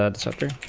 ah sector